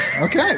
Okay